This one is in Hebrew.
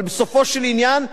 אבל בסופו של עניין,